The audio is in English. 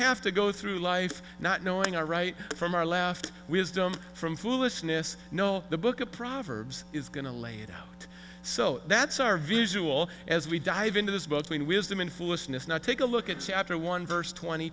have to go through life not knowing our right from our left wisdom from foolishness no the book of proverbs is going to lay it out so that's our visual as we dive into this book mean wisdom in foolishness now take a look at chapter one verse twenty